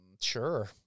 Sure